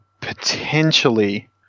potentially